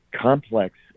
complex